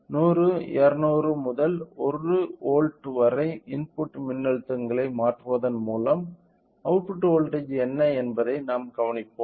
100 200 முதல் 1 வோல்ட் வரை இன்புட் மின்னழுத்தங்களை மாற்றுவதன் மூலம் அவுட்புட் வோல்ட்டேஜ் என்ன என்பதை நாம் கவனிப்போம்